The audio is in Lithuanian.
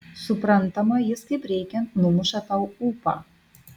suprantama jis kaip reikiant numuša tau ūpą